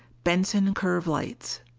benson curve lights!